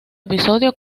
episodio